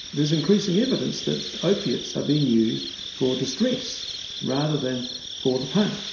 there's increasing evidence that opiates are being used for distress rather than for the pain.